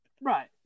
Right